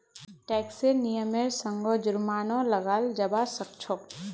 टैक्सेर नियमेर संगअ जुर्मानो लगाल जाबा सखछोक